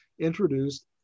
introduced